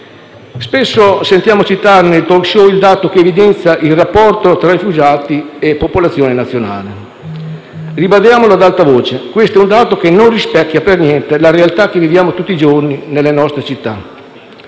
Spesso sentiamo citare nei *talk show* il dato che evidenzia il rapporto tra rifugiati e popolazione nazionale. Ribadiamolo ad alta voce: questo è un dato che non rispecchia per niente la realtà che viviamo tutti i giorni nelle nostre città.